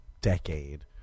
decade